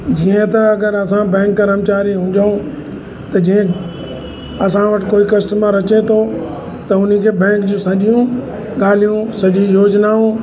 जीअं त अगरि असां बैंक कर्मचारी हुजूं त जीअं असां वटि कोई कस्टमर अचे थो त हुन खे बैंक जी सॼियूं ॻाल्हियूं सॼी योजनाऊं